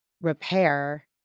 repair